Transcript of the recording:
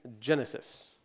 Genesis